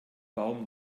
baum